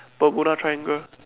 Bermuda Triangle